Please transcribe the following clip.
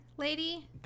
lady